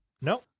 No